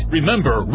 Remember